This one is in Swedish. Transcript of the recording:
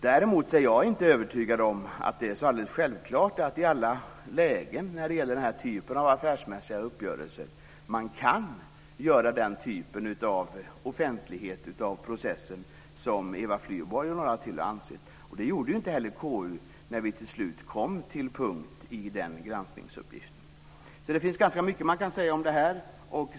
Däremot är jag inte övertygad om att det i alla lägen i den här typen av affärsmässiga uppgörelser är så alldeles självklart att man kan göra den typen av offentlighet av processen som Eva Flyborg och några till har ansett. Det gjorde vi inte heller i konstitutionsutskottet när vi till slut kom till punkt i den granskningsuppgiften. Det finns ganska mycket man kan säga om det här.